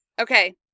Okay